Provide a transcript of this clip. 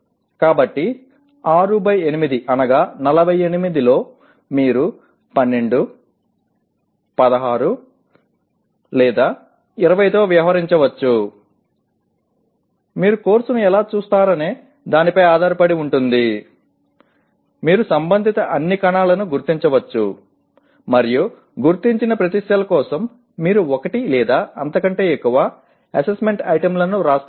కాబట్టి 6 x 8 48 లో మీరు 12 16 లేదా 20 తో వ్యవహరించవచ్చు మీరు కోర్సును ఎలా చూస్తారనే దానిపై ఆధారపడి ఉంటుంది మీరు సంబంధిత అన్ని కణాలను గుర్తించవచ్చు మరియు గుర్తించిన ప్రతి సెల్ కోసం మీరు ఒకటి లేదా అంతకంటే ఎక్కువ అసెస్మెంట్ ఐటమ్లను వ్రాస్తారు